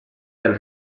del